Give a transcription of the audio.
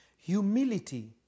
Humility